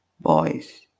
boys